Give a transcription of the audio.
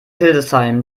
hildesheim